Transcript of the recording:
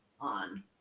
on